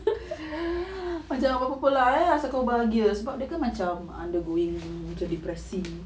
macam apa-apa lah eh asal kau bahagia sebab dia kan macam undergoing macam depresi